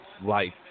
Life